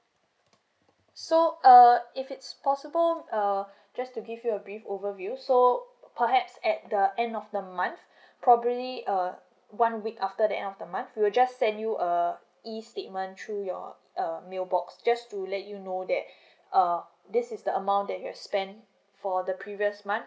so uh if it's possible uh just to give you a brief overview so perhaps at the end of the month probably uh one week after the end of the month we'll just send you a E statement through your err mail box just to let you know that uh this is the amount that you've spent for the previous month